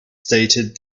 stated